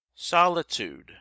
solitude